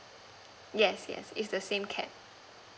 yes yes it's the same cap